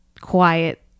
quiet